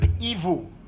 evil